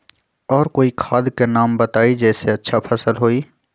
और कोइ खाद के नाम बताई जेसे अच्छा फसल होई?